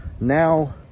Now